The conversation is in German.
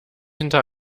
hinter